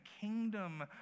kingdom